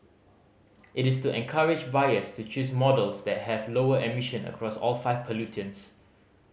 it is to encourage buyers to choose models that have lower emission across all five pollutants